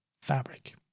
fabric